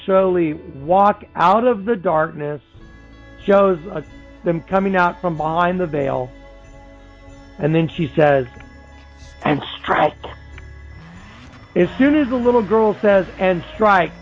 surely walk out of the darkness shows them coming out from behind the veil and then she says and strike it soon as the little girl says and strike